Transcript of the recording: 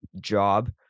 job